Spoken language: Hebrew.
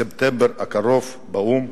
בספטמבר הקרוב באו"ם,